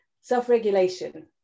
self-regulation